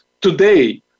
today